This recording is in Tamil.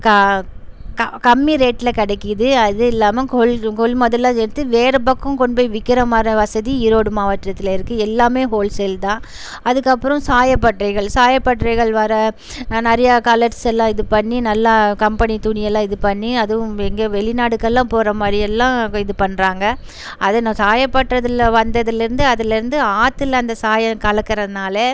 க க கம்மி ரேட்ல கிடைக்கிது அதுவும் இல்லாமல் கொள் கொள்முதல எடுத்து வேற பக்கம் கொண்டு போய் விற்கிற மாதிரியான வசதி ஈரோடு மாவட்டத்தில் இருக்குது எல்லாமே ஹோல்சேல் தான் அதுக்கப்புறம் சாயப்பட்டறைகள் சாயப்பட்டறைகள் வர நிறையா கலர்ஸ் எல்லாம் இது பண்ணி நல்லா கம்பனி துணி எல்லாம் இது பண்ணி அதுவும் எங்கேயோ வெளிநாடுக்கெல்லாம் போகிற மாதிரி எல்லாம் அவங்க இது பண்ணுறாங்க அது இந்த சாயப்பட்டறைகள் வந்ததுலேருந்தே அதில் இருந்து ஆத்தில் அந்த சாயம் கலக்கிறதுனால